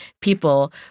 people